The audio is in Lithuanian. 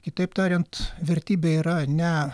kitaip tariant vertybė yra ne